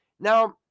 Now